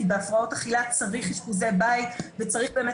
כי בהפרעות אכילה צריך אשפוזי בית וצריך באמת